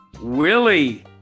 Willie